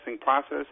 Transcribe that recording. process